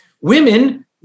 Women